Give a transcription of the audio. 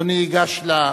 אדוני ייגש.